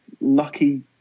lucky